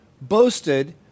boasted